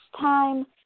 time